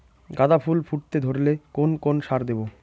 গাদা ফুল ফুটতে ধরলে কোন কোন সার দেব?